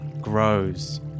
grows